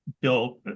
Bill